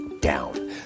down